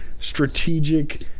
strategic